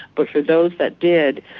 but for those that did,